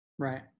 right